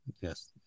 Yes